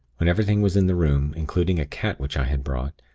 when everything was in the room, including a cat which i had brought,